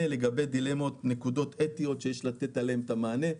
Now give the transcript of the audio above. לגבי דילמות אתיות שיש לתת עליהן את המענה.